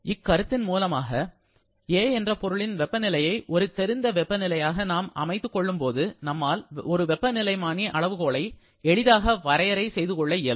இக்கருத்தின் மூலமாக A என்ற பொருளின் வெப்பநிலையை ஒரு தெரிந்த வெப்ப நிலையாக நாம் அமைத்துக் கொள்ளும்போது நம்மால் ஒரு வெப்பநிலைமானி அளவுகோலை எளிதாக வரையறை செய்து கொள்ள இயலும்